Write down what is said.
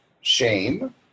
shame